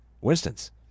Winston's